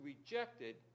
rejected